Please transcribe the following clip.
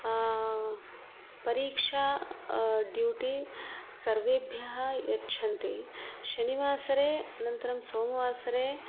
परीक्षा ड्यूटि सर्वेभ्यः यच्छन्ति शनिवासरे अनन्तरं सोमवासरे